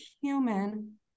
human